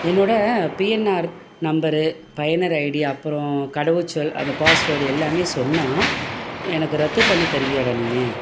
என்னோடய PNR number பயனர் ID அப்புறம் கடவுச்சொல் அந்த பாஸ்வேர்டு எல்லாம் சொன்னால் எனக்கு ரத்து பண்ணி தருவியாடா நீ